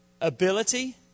ability